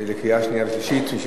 לפיכך